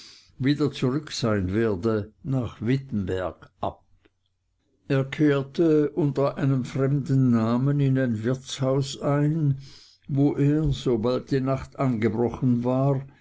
wieder zurück sein werde nach wittenberg ab er kehrte unter einem fremden namen in ein wirtshaus ein wo er sobald die nacht angebrochen war